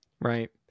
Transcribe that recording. right